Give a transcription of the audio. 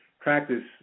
practice